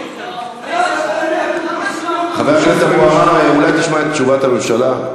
אבו עראר, אולי תשמע את תשובת הממשלה?